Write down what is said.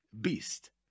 beast